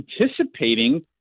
anticipating